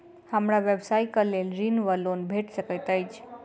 हमरा व्यवसाय कऽ लेल ऋण वा लोन भेट सकैत अछि?